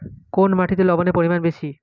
কোন মাটিতে লবণের পরিমাণ বেশি?